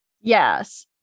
Yes